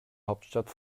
hauptstadt